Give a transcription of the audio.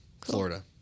Florida